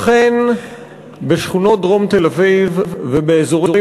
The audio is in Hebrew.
אכן בשכונות דרום תל-אביב ובאזורים